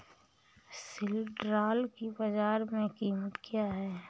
सिल्ड्राल की बाजार में कीमत क्या है?